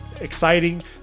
exciting